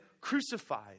crucified